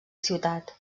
ciutat